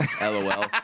lol